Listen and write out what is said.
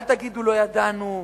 אל תגידו לא ידענו,